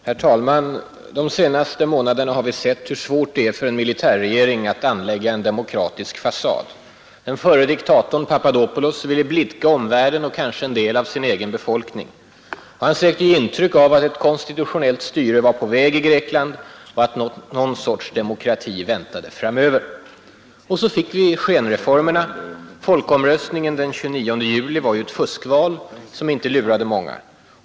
Herr talman! De senaste månaderna har vi sett hur svårt det är för en militärregering att anlägga en demokratisk fasad. Den förre diktatorn Papadopoulos ville blidka omvärlden och kanske en del av den egna befolkningen. Han sökte ge intryck av att ett konstitutionellt styre var på väg i Grekland och att någon sorts demokrati väntade framöver. Så fick vi skenreformerna. Folkomröstningen den 29 juli var ett fuskval, som inte lurade många.